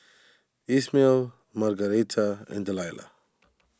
Ismael Margaretta and Delilah